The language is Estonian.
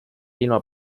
ilma